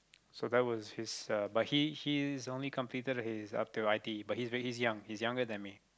so that was his uh but he he is only completed his up till i_t_e but he is very he's young he is younger than me